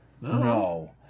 No